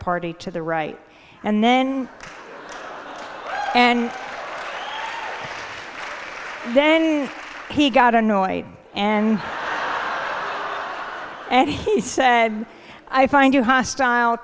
party to the right and then and then he got annoyed and and he said i find you hostile